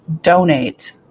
donate